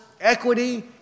equity